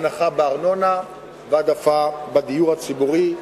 הנחה בארנונה והעדפה בדיור הציבורי.